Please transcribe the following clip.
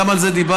גם על זה דיברנו,